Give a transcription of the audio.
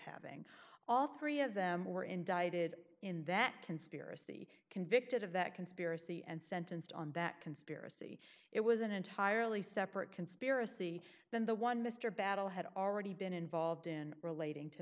having all three of them were indicted in that conspiracy convicted of that conspiracy and sentenced on that it was an entirely separate conspiracy than the one mr battle had already been involved in relating to